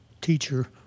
teacher